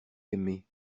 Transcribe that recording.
aimé